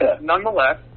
nonetheless